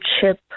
chip